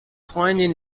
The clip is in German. freundin